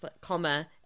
comma